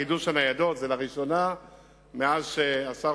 חידוש הניידות זה לראשונה מאז הקצה השר